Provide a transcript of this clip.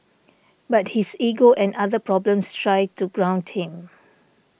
but his ego and other problems try to ground him